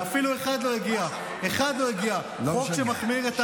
לא מעניין אותם